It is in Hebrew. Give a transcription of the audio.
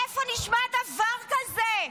איפה נשמע דבר כזה?